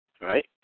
right